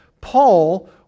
Paul